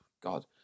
God